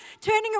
Turning